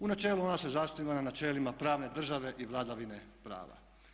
U načelu ona se zasniva na načelima pravne države i vladavine prava.